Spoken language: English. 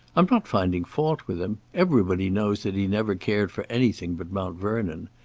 i'm not finding fault with him everybody knows that he never cared for anything but mount vernon.